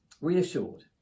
Reassured